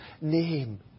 name